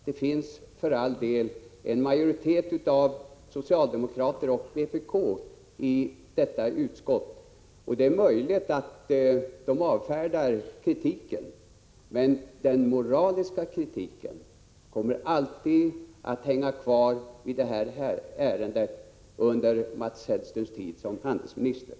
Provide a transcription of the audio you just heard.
Det finns för all del en majoritet av socialdemokrater och vpk-are i detta utskott. Det är möjligt att de avfärdar kritiken. Men den moraliska kritiken kommer alltid att hänga kvar vid det här ärendets behandling under Mats Hellströms tid som utrikeshandelsminister.